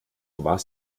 was